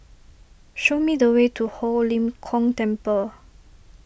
show me the way to Ho Lim Kong Temple